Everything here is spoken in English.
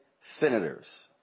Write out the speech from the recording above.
senators